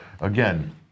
again